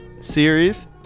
series